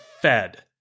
fed